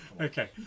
Okay